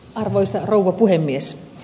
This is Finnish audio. arvoisa rouva puhemies